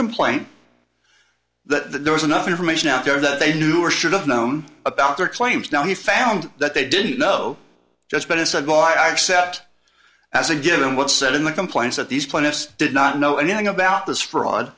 complaint that there was enough information out there that they knew or should have known about their claims now he found that they didn't know just but it said no i accept as a given what's said in the complaint that these plaintiffs did not know anything about this fraud